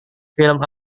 film